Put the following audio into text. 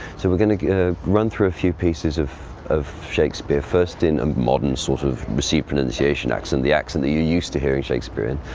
so we're going to run through a few pieces of of shakespeare, first in a modern sort of received pronunciation accent, the accent that you used to hear in shakespearean.